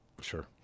Sure